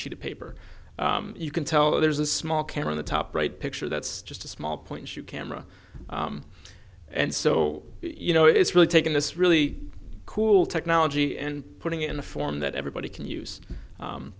sheet of paper you can tell there's a small camera on the top right picture that's just a small point you camera and so you know it's really taking this really cool technology and putting it in a form that everybody can use